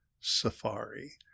safari